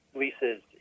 leases